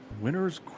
Winners